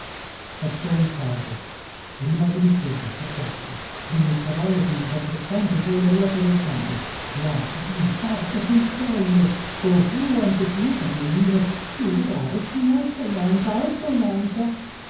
passò un carro rimasi lì fermo apposta prima il cavallo con le quattro zampe poi le ruote del carro là così forte sul collo oh oh anche tu cagnolino sù da bravo sì alza unanca alza